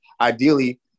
ideally